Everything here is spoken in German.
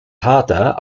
harter